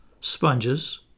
sponges